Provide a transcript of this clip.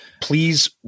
Please